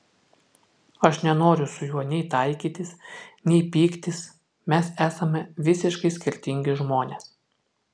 aš nenoriu su juo nei taikytis nei pyktis mes esame visiškai skirtingi žmonės